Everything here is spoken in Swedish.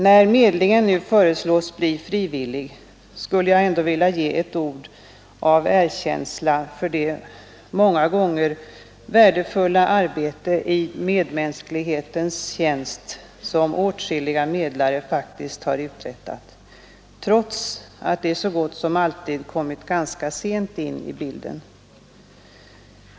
När medlingen nu föreslås bli frivillig skulle jag ändå vilja ge ett ord av erkänsla för det många gånger värdefulla arbete i medmänsklighetens tjänst, som åtskilliga medlare faktiskt har uträttat — trots att de så gott som alltid kommit ganska sent in i bilden.